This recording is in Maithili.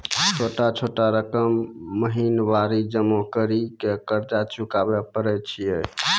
छोटा छोटा रकम महीनवारी जमा करि के कर्जा चुकाबै परए छियै?